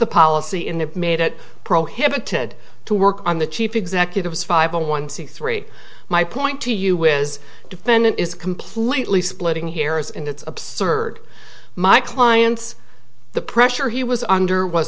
the policy in it made it prohibited to work on the chief executives five hundred one c three my point to you is defendant is completely splitting hairs and it's absurd my clients the pressure he was under was